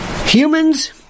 humans